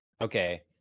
okay